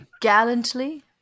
Gallantly